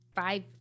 five